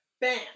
bam